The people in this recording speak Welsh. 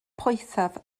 poethaf